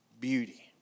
Beauty